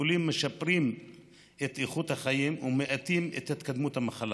הטיפולים משפרים את איכות החיים ומאיטים את התקדמות המחלה.